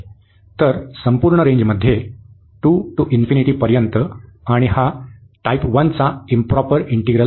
तर संपूर्ण रेंजमध्ये 2 ते पर्यंत आणि हा टाईप 1 चा इंप्रॉपर इंटिग्रल आहे